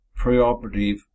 preoperative